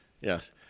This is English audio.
Yes